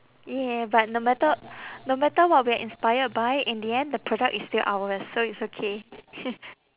ya but no matter no matter what we are inspired by in the end the product is still ours so it's okay